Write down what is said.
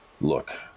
Look